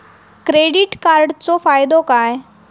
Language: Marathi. क्रेडिट कार्डाचो फायदो काय?